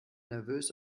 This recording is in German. nervös